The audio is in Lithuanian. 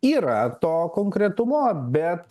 yra to konkretumo bet